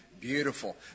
beautiful